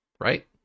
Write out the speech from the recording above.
right